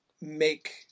make